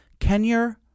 Kenya